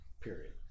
period